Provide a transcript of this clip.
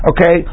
Okay